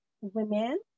women